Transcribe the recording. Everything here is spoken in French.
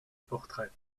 portrait